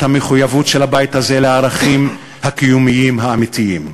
המחויבות של הבית הזה לערכים הקיומיים האמיתיים.